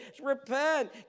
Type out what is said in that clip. repent